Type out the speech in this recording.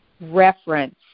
reference